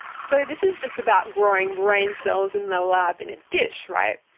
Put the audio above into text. so this is just about growing brain cells in the lab in a dish, right?